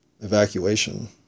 evacuation